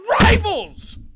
rivals